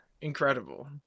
incredible